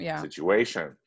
situation